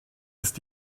ist